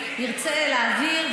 ירצה להעביר,